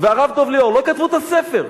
והרב דב ליאור לא כתבו את הספר,